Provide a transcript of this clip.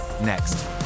next